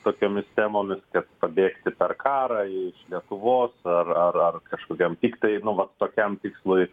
tokiomis temomis kad pabėgti per karą iš lietuvos ar ar kažkokiam tiktai nu vat tokiam tikslui